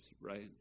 right